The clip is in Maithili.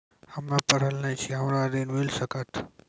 हम्मे पढ़ल न छी हमरा ऋण मिल सकत?